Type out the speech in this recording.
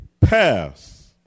pass